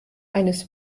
eines